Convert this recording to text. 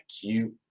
cute